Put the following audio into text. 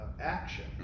action